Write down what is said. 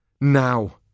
Now